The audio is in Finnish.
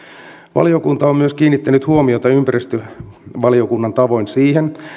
valiokunta on myös kiinnittänyt huomiota ympäristövaliokunnan tavoin siihen